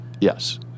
Yes